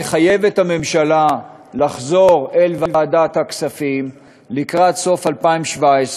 לחייב את הממשלה לחזור לוועדת הכספים לקראת סוף 2017,